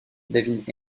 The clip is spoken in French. david